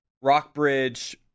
Rockbridge